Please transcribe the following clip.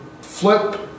flip